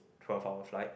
twelve hour flight